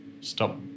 stop